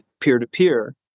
peer-to-peer